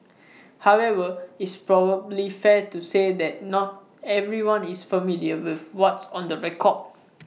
however is probably fair to say that not everyone is familiar with what's on the record